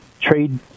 Trade